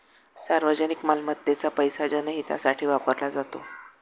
सार्वजनिक मालमत्तेचा पैसा जनहितासाठी वापरला जातो